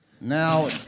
Now